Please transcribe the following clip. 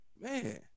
Man